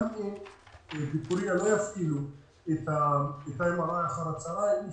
גם אם בפורייה לא יפעילו את ה-MRI אחר הצוהריים.